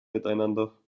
miteinander